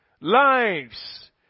Lives